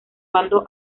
bando